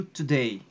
today